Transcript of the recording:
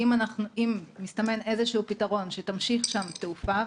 אם מסתמן איזשהו פתרון שתמשיך שם תעופה,